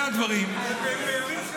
צעד אמיץ, בימים של נס.